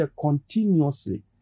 continuously